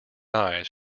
eyes